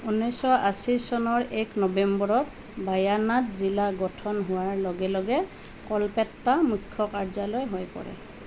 ঊনৈছশ আশী চনৰ এক নবেম্বৰত ৱায়ানাড জিলা গঠন হোৱাৰ লগে লগে কলপেট্টা মুখ্য কাৰ্যালয় হৈ পৰে